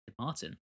Martin